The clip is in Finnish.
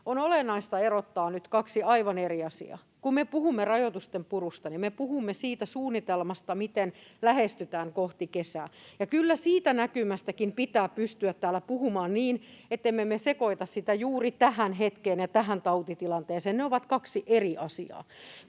On olennaista erottaa nyt kaksi aivan eri asiaa. Kun me puhumme rajoitusten purusta, niin me puhumme siitä suunnitelmasta, miten lähestytään kohti kesää. Ja kyllä siitä näkymästäkin pitää pystyä täällä puhumaan niin, ettemme me sekoita sitä juuri tähän hetkeen ja tähän tautitilanteeseen. Ne ovat kaksi eri asiaa.